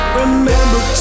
Remember